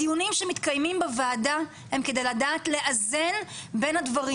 הדיונים שמתקיימים בוועדה הם כדי לדעת לאזן בין הדברים.